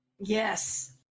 Yes